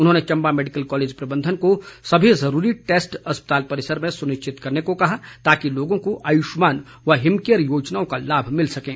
उन्होंने Chamba medical college प्रबंधन को सभी जरूरी टैस्ट अस्पताल परिसर में सुनिश्चित करने को कहा ताकि लोगों को आयुषमान व हिमकेयर योजनाओं का लाभ मिल सकें